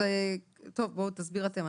בואו תסבירו אתם,